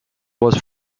was